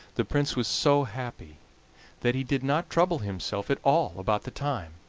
the prince was so happy that he did not trouble himself at all about the time,